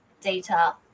data